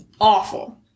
Awful